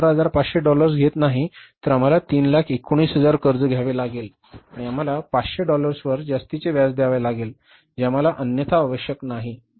तर आपण 318500 डॉलर्स घेत नाही तर आम्हाला 319000 कर्ज घ्यावे लागेल आणि आम्हाला 500 डॉलर्सवर जास्तीचे व्याज द्यावे लागेल जे आम्हाला अन्यथा आवश्यक नाही